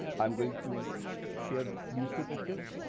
i'm going to share these two pictures.